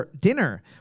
dinner